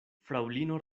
fraŭlino